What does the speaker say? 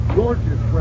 gorgeous